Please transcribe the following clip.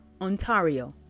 Ontario